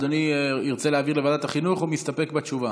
אדוני ירצה לוועדת החינוך או שהוא מסתפק בתשובה?